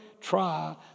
try